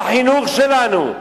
בחינוך שלנו,